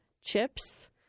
chips